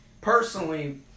Personally